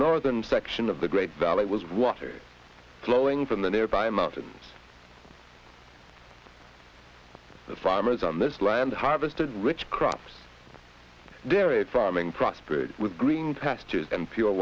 northern section of the great valley was water flowing from the nearby mountains the farmers on this land harvested rich crops dairy farming prospered with green pastures and